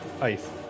ice